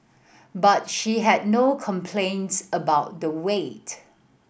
but she had no complaints about the wait